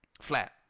Flat